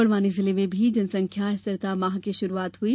बड़वानी जिले में भी जनसंख्या स्थिरता माह की शुरूआत हुई